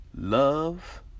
Love